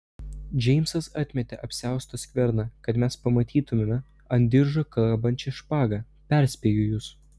džeimsas atmetė apsiausto skverną kad mes pamatytumėme ant diržo kabančią špagą perspėju jus